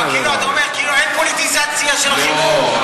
אתה אומר כאילו אין פוליטיזציה של החינוך.